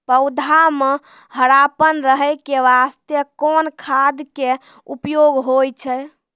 पौधा म हरापन रहै के बास्ते कोन खाद के उपयोग होय छै?